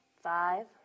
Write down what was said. Five